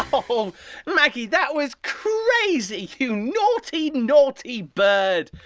oh maggie, that was crazy. you naughty naughty bird.